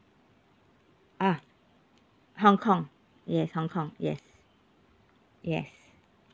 ah hong kong yes hong kong yes yes